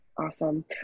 awesome